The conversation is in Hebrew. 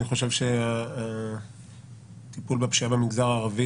אני חושב שהטיפול בפשיעה במגזר הערבי